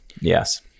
Yes